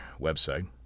website